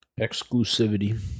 Exclusivity